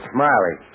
Smiley